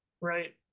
right